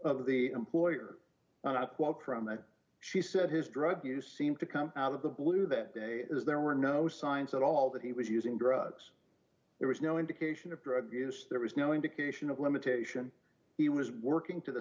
of the employer and i quote from that she said his drug use seemed to come out of the blue that day as there were no signs at all that he was using drugs there was no indication of drug use there was no indication of limitation he was working to the